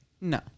No